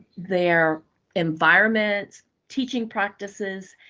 their environment teaching practices,